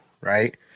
right